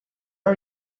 are